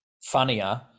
funnier